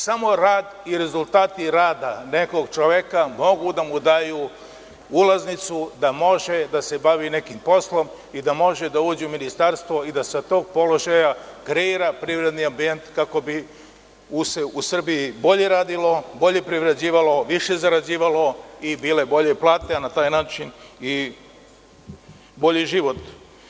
Samo rad i rezultati rada nekog čoveka mogu da mu daju ulaznicu da može da se bavi nekim poslom i da može da uđe u ministarstvo i da sa tog položaja kreira privredni ambijent kako bi se u Srbiji bolje radilo, bolje privređivalo, više zarađivalo i bile bolje plate i na taj način bio bolji život.